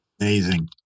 Amazing